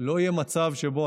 לא יהיה מצב שבו,